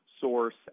source